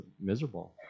miserable